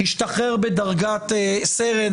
השתחרר בדרגת סרן,